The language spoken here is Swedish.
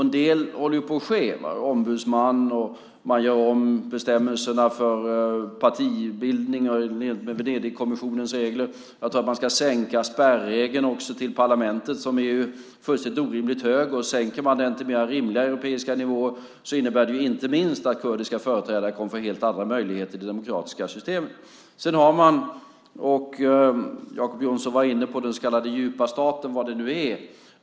En del håller på att ske, till exempel vad gäller ombudsman och att man gör om bestämmelserna för partibildning i enlighet med Venedigkommissionens regler. Man ska också sänka spärren till parlamentet som ju är fullständigt orimligt hög. Sänker man den till mer rimlig europeisk nivå innebär det inte minst att kurdiska företrädare kommer att få helt andra möjligheter i det demokratiska systemet. Man har, vilket Jacob Johnson var inne på, den så kallade djupa staten - vad det nu är.